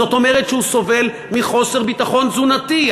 זאת אומרת שהוא סובל מחוסר ביטחון תזונתי.